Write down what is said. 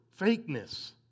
fakeness